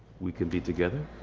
we can be together?